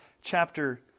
chapter